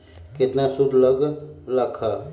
केतना सूद लग लक ह?